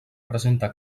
presenta